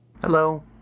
Hello